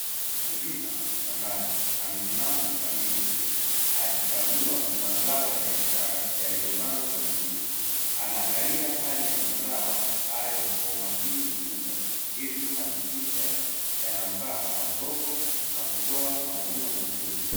Mkulima shambani amesimama kikamilifu akikagua mazao ya biashara yaliyopandwa kwa bidii. Anaangalia hali ya mazao hayo kwa umakini mkubwa ili kuhakikisha yanafaa kwa soko na kutoa mavuno mazuri.